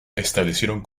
establecieron